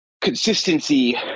consistency